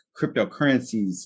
cryptocurrencies